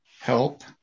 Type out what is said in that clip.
help